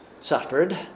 suffered